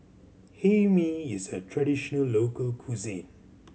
Hae Mee is a traditional local cuisine